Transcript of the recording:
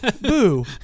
Boo